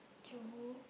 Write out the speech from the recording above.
true